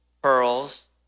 pearls